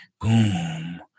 Boom